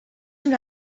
una